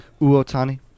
Uotani